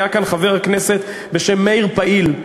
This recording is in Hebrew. היה כאן חבר כנסת בשם מאיר פעיל.